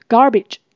Garbage